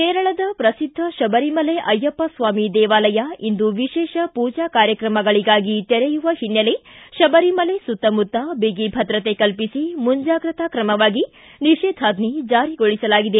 ಕೇರಳದ ಪ್ರಸಿದ್ದ ಶಬರಿಮಲೆ ಅಯ್ಯಪ್ಪಸ್ಥಾಮಿ ದೇವಾಲಯ ಇಂದು ವಿಶೇಷ ಪೂಜಾ ಕಾರ್ಯಕ್ರಮಗಳಿಗಾಗಿ ತೆರೆಯುವ ಶಬರಿಮಲೆ ಸುತ್ತಮುತ್ತ ಬಿಗಿ ಭದ್ರತೆ ಕಲ್ಪಿಸಿ ಮುಂಜಾಗ್ರತಾ ಕ್ರಮವಾಗಿ ನಿಷೇಧಾಜ್ಞೆ ಜಾರಿಗೊಳಿಸಲಾಗಿದೆ